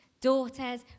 daughters